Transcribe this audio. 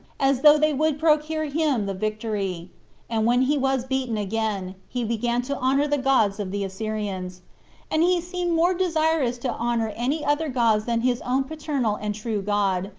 as though they would procure him the victory and when he was beaten again, he began to honor the gods of the assyrians and he seemed more desirous to honor any other gods than his own paternal and true god,